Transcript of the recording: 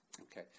Okay